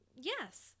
yes